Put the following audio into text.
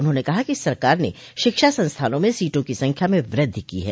उन्होंने कहा कि सरकार ने शिक्षा संस्थानों में सीटों की संख्या में वृद्वि की है